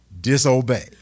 disobey